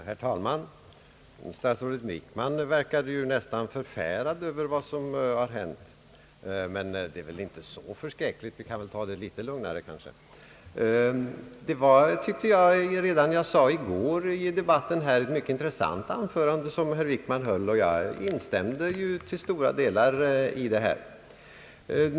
Herr talman! Statsrådet Wickman verkade nästan förfärad över vad som hade hänt, men det är väl inte så förskräckligt, utan vi kan väl ta det litet lugnare. Jag sade redan i går att det fanns ett intressant avsnitt av det anförande som herr Wickman höll, och jag instämde till stora delar i det.